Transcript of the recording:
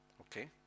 okay